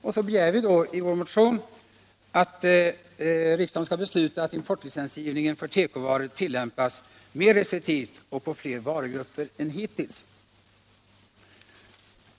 Och så begär vi då i vår motion att riksdagen skall besluta att importlicensgivningen för tekovaror tillämpas mer restriktivt och på fler varugrupper än hittills.